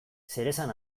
zeresan